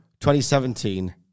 2017